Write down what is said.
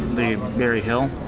the berryhill.